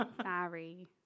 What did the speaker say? sorry